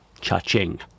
Cha-ching